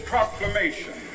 Proclamation